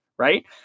right